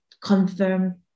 confirm